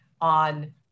on